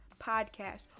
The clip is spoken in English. Podcast